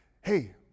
hey